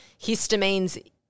histamines